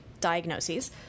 diagnoses